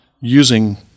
using